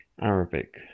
Arabic